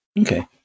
Okay